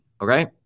okay